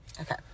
Okay